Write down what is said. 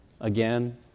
again